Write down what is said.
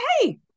Hey